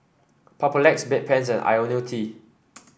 Papulex Bedpans and IoniL T